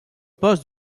poste